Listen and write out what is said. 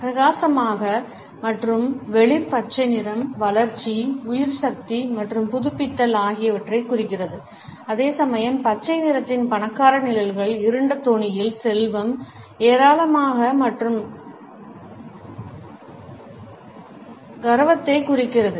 பிரகாசமான மற்றும் வெளிர் பச்சை நிறம் வளர்ச்சி உயிர்ச்சக்தி மற்றும் புதுப்பித்தல் ஆகியவற்றைக் குறிக்கிறது அதேசமயம் பச்சை நிறத்தின் பணக்கார நிழல்கள் இருண்ட தொனியில் செல்வம் ஏராளமான மற்றும் க ti ரவத்தைக் குறிக்கின்றன